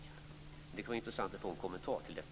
Det skulle vara intressant att få en kommentar till detta.